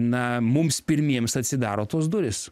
na mums pirmiems atsidaro tos durys